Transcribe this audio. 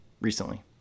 recently